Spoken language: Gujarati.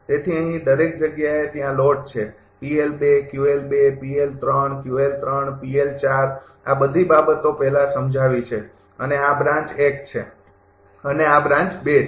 તેથી અહીં દરેક જગ્યાએ ત્યાં લોડ છે આ બધી બાબતો પહેલાં સમજાવી છે અને આ બ્રાન્ચ છે અને આ બ્રાન્ચ છે